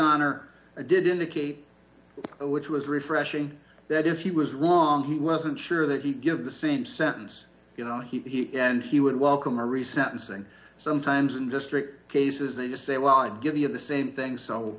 honor a did indicate which was refreshing that if he was long he wasn't sure that he give the same sentence you know he and he would welcome a reception sing sometimes in district cases they just say well i give you the same thing so